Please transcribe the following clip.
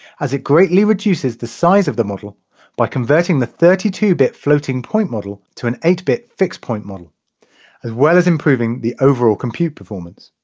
as it greatly reduces the size of the model by converting the thirty two bit floating point model to an eight bit fixed point model as well as improving improving the overall compute performance.